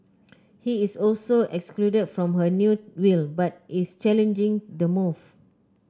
he is also excluded from her new will but is challenging the move